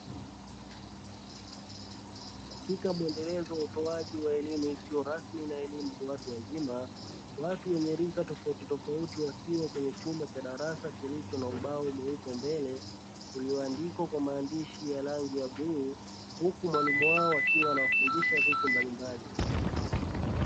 Katika mwendelezo wa utoaji wa elimu isiyo rasmi na elimu ya watu wazima, watu wenye lika tofautitofauti wakiwa kwenye chumba cha darasa kilicho na ubao mweupe mbele, ulioandikwa kwa maandishi ya rangi ya bluu, huku mwalimu wao akiwa anawafundisha vitu mbalimbali.